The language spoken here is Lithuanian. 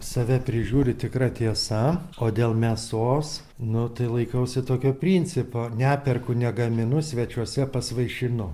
save prižiūriu tikra tiesa o dėl mėsos nu tai laikausi tokio principo neperku negaminu svečiuose pasivaišinu